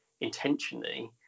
intentionally